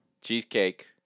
cheesecake